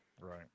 Right